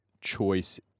choice